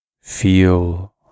feel